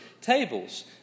tables